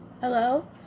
hello